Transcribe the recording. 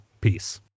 Peace